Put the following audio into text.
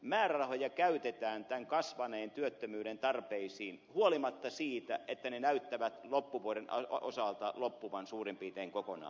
määrärahoja käytetään tämän kasvaneen työttömyyden tarpeisiin huolimatta siitä että ne näyttävät loppuvuoden osalta loppuvan suurin piirtein kokonaan